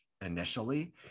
initially